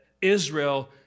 Israel